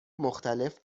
مختلف